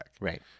Right